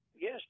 Yes